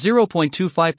0.25%